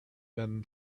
been